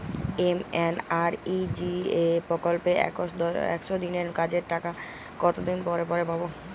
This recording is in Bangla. এম.এন.আর.ই.জি.এ প্রকল্পে একশ দিনের কাজের টাকা কতদিন পরে পরে পাব?